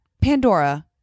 Pandora